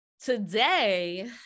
Today